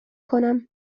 کنم